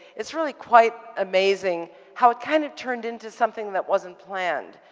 it's really quite amazing how it kind of turned into something that wasn't planned.